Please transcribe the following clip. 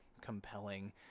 compelling –